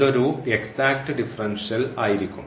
ഇതൊരു exact differential ആയിരിക്കും